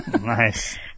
nice